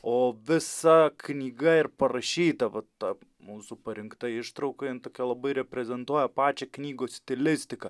o visa knyga ir parašyta vat ta mūsų parinkta ištrauka jin tokia labai reprezentuoja pačią knygos stilistiką